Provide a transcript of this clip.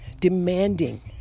demanding